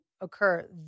occur